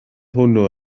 hwnnw